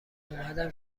اومدم